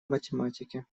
математике